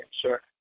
Sure